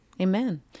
Amen